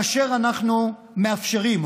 כאשר אנחנו מאפשרים,